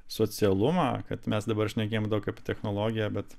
socialumą kad mes dabar šnekėjom daug technologija bet